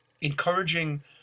encouraging